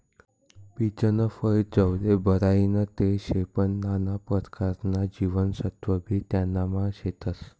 पीचनं फय चवले बढाईनं ते शे पन नाना परकारना जीवनसत्वबी त्यानामा शेतस